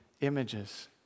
images